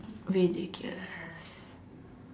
ridiculous